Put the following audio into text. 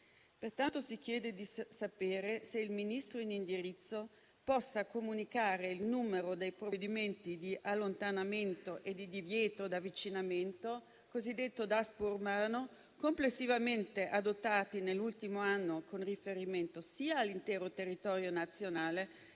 giorno, si chiede di sapere se il Ministro in indirizzo possa comunicare il numero dei provvedimenti di allontanamento e di "DASPO urbano" complessivamente adottati nell'ultimo anno, con riferimento sia all'intero territorio nazionale,